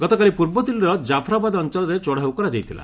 ଗତକାଲି ପୂର୍ବଦିଲ୍ଲୀର ଜାଫ୍ରାବାଦ ଅଞ୍ଚଳରେ ଚଢ଼ାଉ କରାଯାଇଥିଲା